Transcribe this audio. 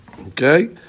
Okay